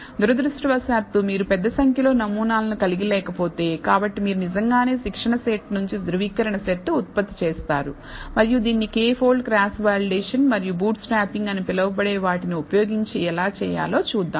దురదృష్టవశాత్తు మీరు పెద్ద సంఖ్యలో నమూనాలను కలిగి లేకపోతే కాబట్టి మీరు నిజంగానే శిక్షణ సెట్ నుండి ధ్రువీకరణ సెట్ ఉత్పత్తి చేస్తారు మరియు దీన్ని K పోల్డ్ క్రాస్ వాలిడేషన్ మరియు బూట్స్ట్రాపింగ్ అని పిలవబడే వాటిని ఉపయోగించి ఎలా చేయాలో చూద్దాం